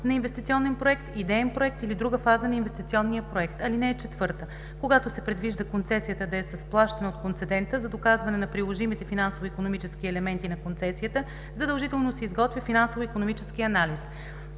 на инвестиционен проект, идеен проект или друга фаза на инвестиционния проект. (4) Когато се предвижда концесията да е с плащане от концедента, за доказване на приложимите финансово-икономически елементи на концесията задължително се изготвя финансово-икономически анализ.